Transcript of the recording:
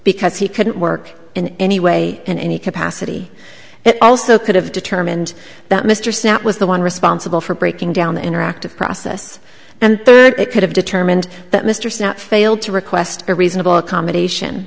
because he couldn't work in any way in any capacity it also could have determined that mr snap was the one responsible for breaking down the interactive process and it could have determined that mr snap failed to request a reasonable accommodation